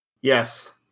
Yes